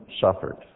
suffered